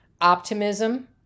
Optimism